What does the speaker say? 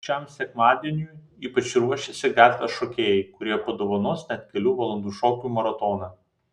šiam sekmadieniui ypač ruošiasi gatvės šokėjai kurie padovanos net kelių valandų šokių maratoną